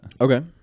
Okay